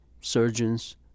surgeons